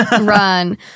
Run